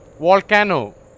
volcano